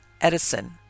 edison